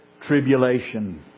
tribulation